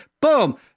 Boom